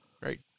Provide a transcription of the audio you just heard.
Great